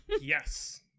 yes